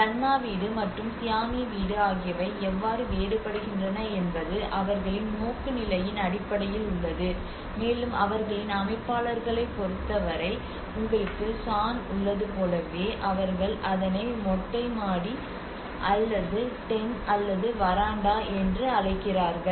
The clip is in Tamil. லன்னா வீடு மற்றும் சியாமி வீடு ஆகியவை எவ்வாறு வேறுபடுகின்றன என்பது அவர்களின் நோக்குநிலையின் அடிப்படையில் உள்ளது மேலும் அவர்களின் அமைப்பாளர்களைப் பொறுத்தவரை உங்களுக்கு சான் உள்ளது போலவே அவர்கள் அதனை மொட்டை மாடி அல்லது டென் அல்லது வராண்டா என்று அழைக்கிறார்கள்